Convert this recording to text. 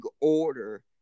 order